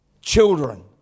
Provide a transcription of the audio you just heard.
children